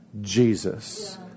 Jesus